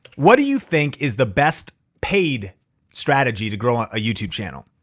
what do you think is the best paid strategy to grow um a youtube channel?